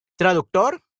Traductor